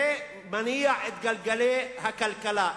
זה מניע את גלגלי הכלכלה.